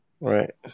Right